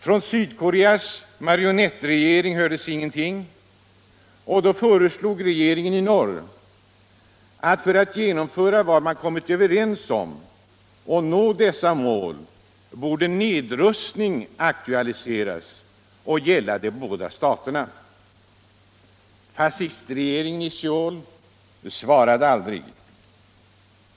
Från Sydkoreas marionettregering hördes ingenting. Då föreslog regeringen i norr att för att genomföra vad man kommit överens om och nå dessa mål borde nedrustning aktualiseras för båda staterna. Fascistregeringen i Söul svarade aldrig.